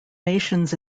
nations